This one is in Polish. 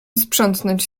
sprzątnąć